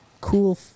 cool